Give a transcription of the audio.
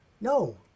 No